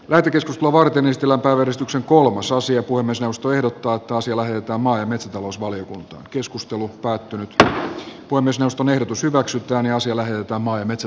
värikäs lavan ylistillä päivystyksen kolmososio pui myös jaosto ehdottaa toiselle jotta maa ja metsätalousvaliokunta keskustelu päättynyt pui myös jaoston ehdotus hyväksytään ja siellä jopa karin